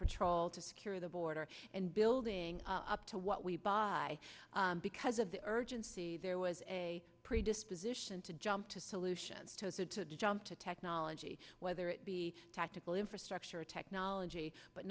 patrol to secure the border and building up to what we buy because of the urgency there was a predisposition to jump to solutions to jump to technology whether it be tactical infrastructure or technology but